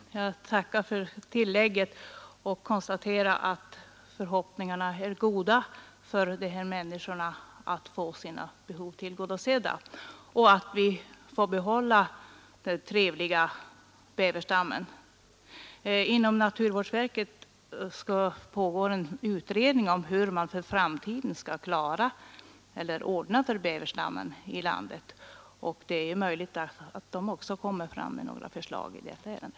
Herr talman! Jag tackar för tillägget och konstaterar att utsikterna är goda för de här människorna att få sina behov av ersättning tillgodosedda samt att vi får behålla den trevliga bäverstammen. Inom naturvårdsverket pågår en utredning om hur man för framtiden skall ordna det för bäverstammen i landet. Det är möjligt att man också där kommer fram med några förslag i detta ärende.